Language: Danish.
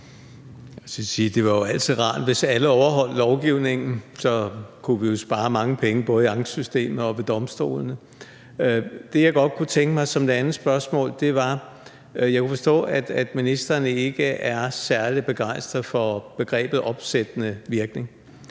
det jo altid var rart, hvis alle overholdt lovgivningen, så kunne vi jo spare mange penge både i ankesystemet og ved domstolene. Det, som jeg godt kunne tænke mig at stille som det andet spørgsmål, var, at jeg kunne forstå, at ministeren ikke er særlig begejstret for begrebet opsættende virkning.